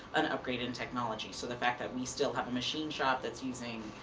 an upgrade in technology. so that fact that we still have a machine shop that's using